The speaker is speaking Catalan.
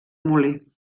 molí